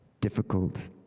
difficult